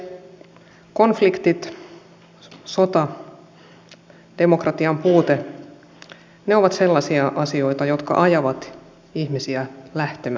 konfliktit sota ja demokratian puute ovat sellaisia asioita jotka ajavat ihmisiä lähtemään kotoaan